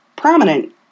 prominent